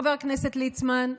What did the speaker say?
חבר הכנסת ליצמן,